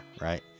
right